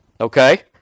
Okay